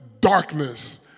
darkness